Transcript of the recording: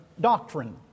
doctrine